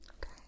Okay